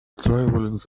traveling